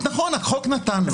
נכון, החוק נתן לו.